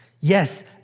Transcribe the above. Yes